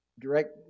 direct